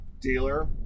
dealer